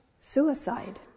suicide